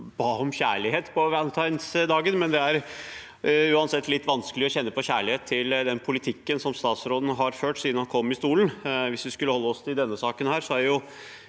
ba om kjærlighet på valentinsda gen, men det er uansett litt vanskelig å kjenne på kjærlighet til den politikken som statsråden har ført siden han kom i statsrådsstolen. Hvis vi skal holde oss til denne saken, har vi